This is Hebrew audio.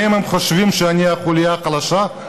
ואם הם חושבים שאני החוליה החלשה,